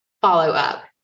follow-up